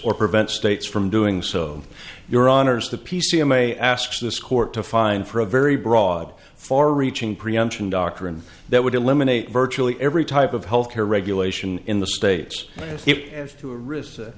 will prevent states from doing so your honour's the p c a may ask this court to find for a very broad far reaching preemption doctrine that would eliminate virtually every type of health care regulation in the states as if to a recess